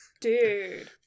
Dude